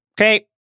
Okay